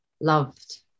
loved